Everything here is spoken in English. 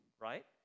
right